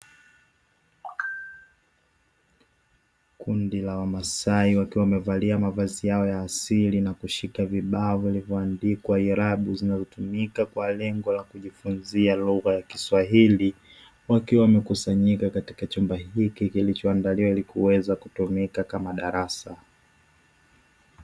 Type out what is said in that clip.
Kundi la wamasai wakiwa wamevalia mavazi yao ya asili na kushika vibao vilivyoandikwa irabu zinazotumika kwa lengo la kijifunzia lugha ya kiswahili, wakiwa wamekusanyika katika chumba hiki kilichoandaliwa ili kuweza kutumika kama darasa.